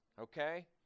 Okay